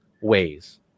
ways